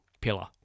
pillar